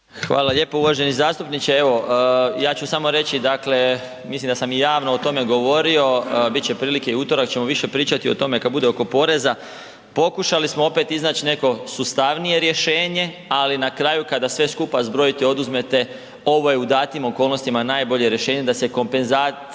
Hvala lijepo uvaženi zastupniče, evo ja ću samo reći dakle, mislim da sam i javno o tome govorio, bit će prilike i u utorak ćemo više pričati o tome kad bude oko poreza, pokušali smo opet iznać neko sustavnije rješenje, ali na kraju kada sve skupa zbrojite i oduzmete ovo je u datim okolnostima najbolje rješenje da se kompenzacija